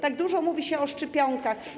Tak dużo mówi się o szczepionkach.